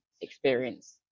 experience